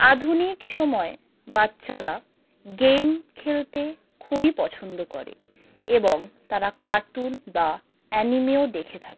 আধুনিক সময়ে বাচ্চারা গেম খেলতে খুবই পছন্দ করে এবং তারা কার্টুন বা অ্যানিমেও দেখে থাকে